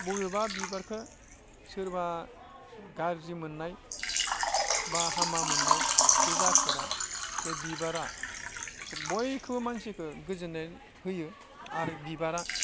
बबेबा बिबारखौ सोरबा गारजि मोननाय बा हामा मोननाय बे जाफेरा बे बिबारा बयखौबो मानसिखौ गोजोन्नाय होयो आरो बिबारा